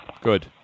Good